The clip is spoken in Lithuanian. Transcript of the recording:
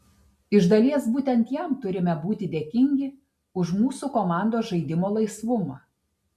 iš dalies būtent jam turime būti dėkingi už mūsų komandos žaidimo laisvumą